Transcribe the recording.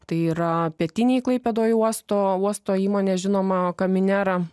tai yra pietinėj klaipėdoj uosto uosto įmonė žinoma kaminera